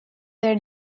their